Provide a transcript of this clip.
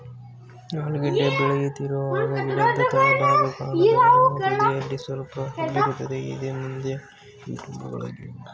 ಆಲೂಗೆಡ್ಡೆ ಬೆಳೆಯುತ್ತಿರುವಾಗ ಗಿಡದ ತಳಭಾಗ ಕಾಂಡದ ಕವಲುಗಳು ತುದಿಯಲ್ಲಿ ಸ್ವಲ್ಪ ಉಬ್ಬಿರುತ್ತವೆ ಇವೇ ಮುಂದೆ ಟ್ಯೂಬರುಗಳಾಗ್ತವೆ